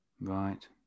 right